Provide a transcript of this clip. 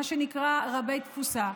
מה שנקרא רבי-תפוסה.